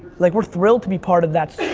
like we're thrilled to be part of that.